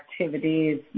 activities